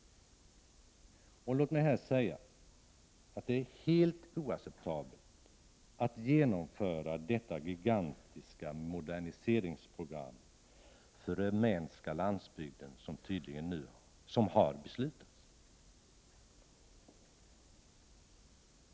Låt mig här deklarera att det är helt oacceptabelt att genomföra det gigantiska moderniseringsprogram för den rumänska landsbygden som har beslutats.